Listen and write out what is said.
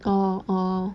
orh orh